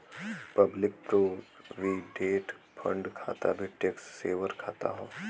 public provident fund खाता भी tax saver खाता हौ